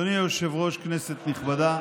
אדוני היושב-ראש, כנסת נכבדה,